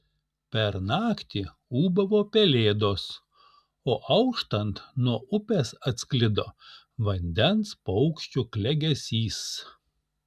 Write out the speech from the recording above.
per naktį ūbavo pelėdos o auštant nuo upės atsklido vandens paukščių klegesys